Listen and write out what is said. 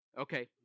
Okay